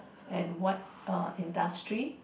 and what uh industry